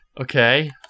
Okay